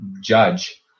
judge